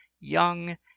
young